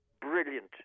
brilliant